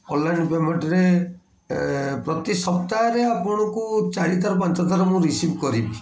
online ପେମେଣ୍ଟରେ ପ୍ରତି ସପ୍ତାହରେ ଆପଣଙ୍କୁ ଚାରି ଥର ପାଞ୍ଚ ଥର ମୁଁ ରିସିଭ୍ କରିବି